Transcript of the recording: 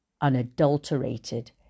unadulterated